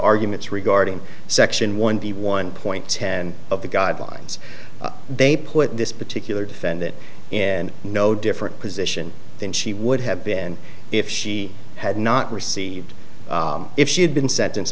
arguments regarding section one v one point ten of the guidelines they put this particular defendant in no different position than she would have been if she had not received if she had been sentence